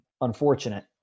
Unfortunate